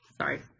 sorry